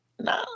No